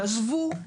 תעזבו.